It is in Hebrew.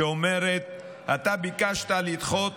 שאומרת שאתה ביקשת לדחות